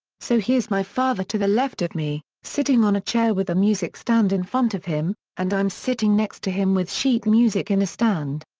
so here's my father to the left of me, sitting on a chair with a music stand in front of him, and i'm sitting next to him with sheet music in a stand.